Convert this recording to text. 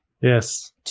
Yes